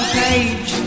page